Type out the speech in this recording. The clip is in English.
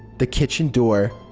the kitchen door,